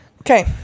Okay